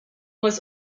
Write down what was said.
was